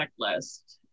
checklist